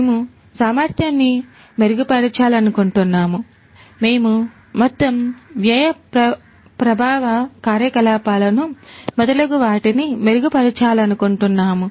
మేము సామర్థ్యాన్ని మెరుగుపరచాలనుకుంటున్నాముమేము మొత్తం వ్యయ ప్రభావ కార్యకలాపాలనుమొదలగు వాటిని మెరుగుపరచాలనుకుంటున్నాము